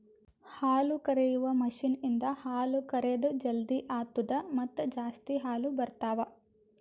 ಹಾಲುಕರೆಯುವ ಮಷೀನ್ ಇಂದ ಹಾಲು ಕರೆದ್ ಜಲ್ದಿ ಆತ್ತುದ ಮತ್ತ ಜಾಸ್ತಿ ಹಾಲು ಬರ್ತಾವ